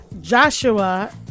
Joshua